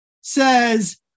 says